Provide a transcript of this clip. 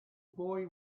boy